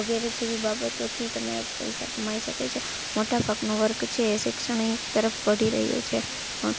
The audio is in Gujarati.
વગેરે જેવી બાબતોથી તમે પૈસા કમાઈ શકે છે મોટાભાગનો વર્ગ છે શિક્ષણ તરફ વધી રહ્યો છે પણ